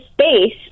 space